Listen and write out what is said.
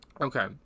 Okay